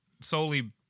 solely